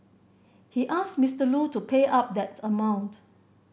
he asked Mister Lu to pay up that amount